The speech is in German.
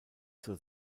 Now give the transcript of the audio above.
zur